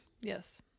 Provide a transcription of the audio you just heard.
Yes